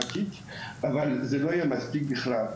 אבל זה לא היה מספיק בכלל..